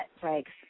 breaks